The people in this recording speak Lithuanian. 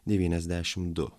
devyniasdešim du